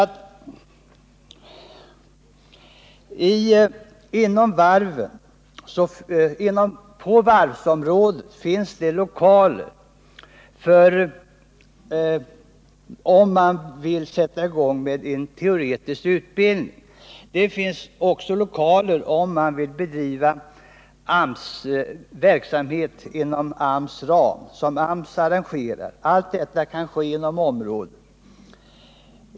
Det finns inom varvsområdet lokaler för teoretisk utbildning och för verksamhet som arrangeras av AMS.